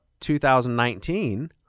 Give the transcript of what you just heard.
2019